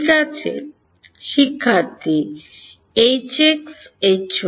Hx Hy